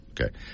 Okay